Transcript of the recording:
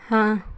हाँ